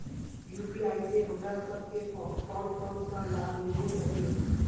UPI से हमरा सब के कोन कोन सा लाभ मिलबे सके है?